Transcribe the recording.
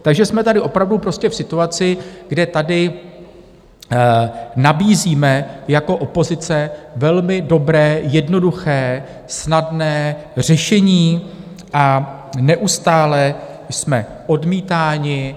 Takže jsme opravdu v situaci, kdy tady nabízíme jako opozice velmi dobré, jednoduché, snadné řešení, a neustále jsme odmítáni.